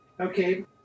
Okay